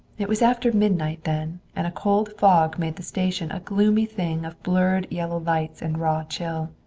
it was after midnight then, and a cold fog made the station a gloomy thing of blurred yellow lights and raw chill.